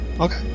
Okay